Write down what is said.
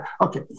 Okay